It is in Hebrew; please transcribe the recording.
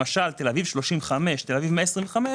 למשל תל אביב 35 או תל אביב 125,